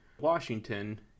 Washington